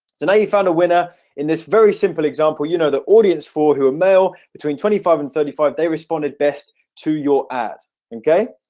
and you found a winner in this very simple example you know the audience for who a male between twenty five and thirty five they responded best to your ad okay?